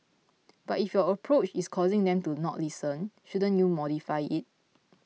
but if your approach is causing them to not listen shouldn't you modify it